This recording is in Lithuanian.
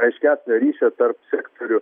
aiškesnio ryšio tarp sektorių